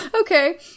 Okay